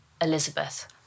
Elizabeth